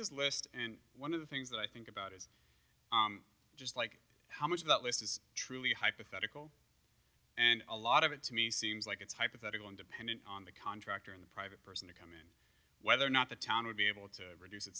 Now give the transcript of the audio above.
this list and one of the things that i think about is just like how much of that list is truly hypothetical and a lot of it to me seems like it's hypothetical and dependent on the contractor in the private person and whether or not the town would be able to reduce it